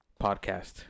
podcast